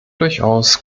durchaus